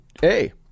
hey